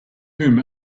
whom